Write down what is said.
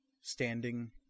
standing